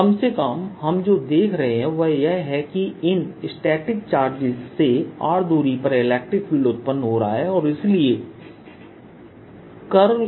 तो कम से कम हम जो देख रहे हैं वह यह है कि इन स्टैटिक चार्जेस से r दूरी पर इलेक्ट्रिक फील्ड उत्पन्न हो रहा है और इसलिए Curl Er0है